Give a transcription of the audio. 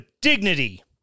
dignity